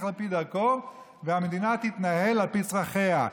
על פי דרכו והמדינה תתנהל על פי צרכיה.